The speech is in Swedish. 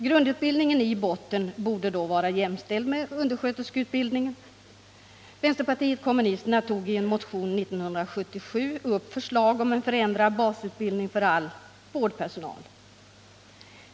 Grundutbildningen i botten borde då vara jämställd med undersköterskeutbildningen. Vänsterpartiet kommunisterna tog i en motion år 1977 upp förslag om en förändrad basutbildning för all vårdpersonal.